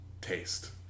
taste